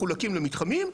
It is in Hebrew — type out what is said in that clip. הם מחולקים למתחמים.